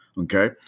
Okay